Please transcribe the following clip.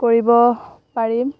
কৰিব পাৰিম